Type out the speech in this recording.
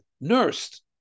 nursed